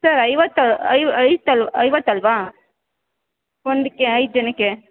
sir ಐವತ್ತು ಐವತ್ತಲ್ಲವಾ ಒಂದಕ್ಕೆ ಐದು ಜನಕ್ಕೆ